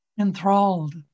enthralled